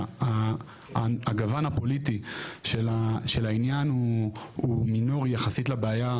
שהגוון הפוליטי של העניין הוא מינורי יחסית לבעיה,